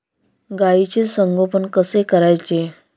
गाईचे संगोपन कसे करायचे?